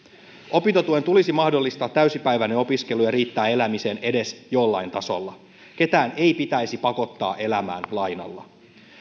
opintotuen tulisi mahdollistaa täysipäiväinen opiskelu ja riittää elämiseen edes jollain tasolla ketään ei pitäisi pakottaa elämään lainalla